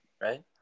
right